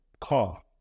car